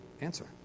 answer